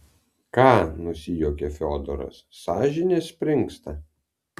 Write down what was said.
ką nusijuokė fiodoras sąžinė springsta